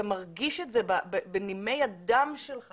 אתה מרגיש את זה בנימי הדם שלך.